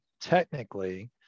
technically